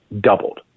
doubled